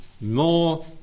more